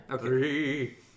Three